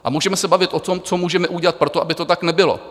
A můžeme se bavit o tom, co můžeme udělat pro to, aby to tak nebylo.